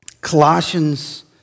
Colossians